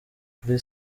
kuri